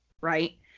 right